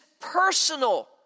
personal